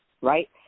right